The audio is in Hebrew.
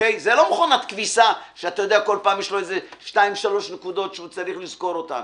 זה לא מכונת כביסה שכל פעם יש שתיים-שלוש נקודות שהוא צריך לזכור אותן.